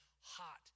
hot